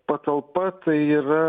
patalpa tai yra